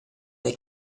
they